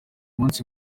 munsi